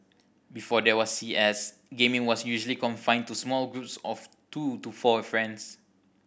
before there was C S gaming was usually confined to small groups of two to four friends